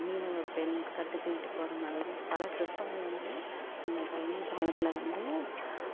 மீனவப்பெண் கட்டு தூக்கிட்டு போகிறமாரி மாதிரி பல சிற்பங்கள் வந்து அந்த கல்லணை பாலத்தில் வந்து